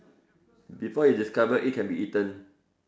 before you discover it can be eaten